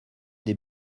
des